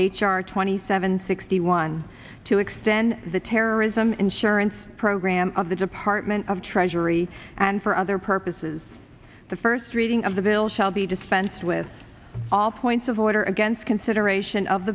r twenty seven sixty one to extend the terrorism insurance program of the department of treasury and for other purposes the first reading of the bill shall be dispensed with all points of order against consideration of